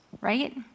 right